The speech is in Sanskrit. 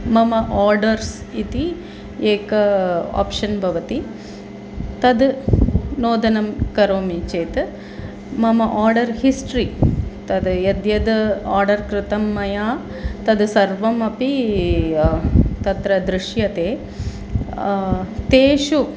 मम आर्डर्स् इति एकम् आप्शन् भवति तद् नोदनं करोमि चेत् मम आर्डर् हिस्ट्रि तद् यद् यद् आर्डर् कृतं मया तद् सर्वमपि तत्र दृष्यते तेषु